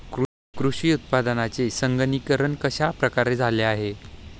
कृषी उत्पादनांचे संगणकीकरण कश्या प्रकारे झाले आहे?